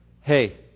Hey